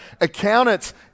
accountants